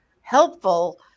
helpful